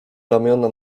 ramiona